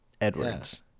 Edwards